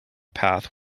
path